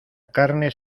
carne